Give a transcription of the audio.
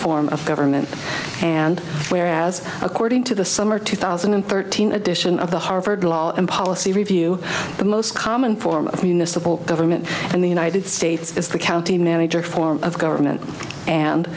form of government and whereas according to the summer two thousand and thirteen edition of the harvard law and policy review the most common form of municipal government in the united states is the county manager form of government and